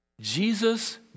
Jesus